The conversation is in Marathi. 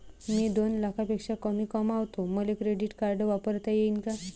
मी दोन लाखापेक्षा कमी कमावतो, मले क्रेडिट कार्ड वापरता येईन का?